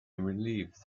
relieved